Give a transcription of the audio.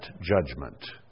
judgment